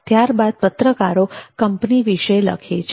ત્યાર બાદ પત્રકારો કંપની વિશે લખે છે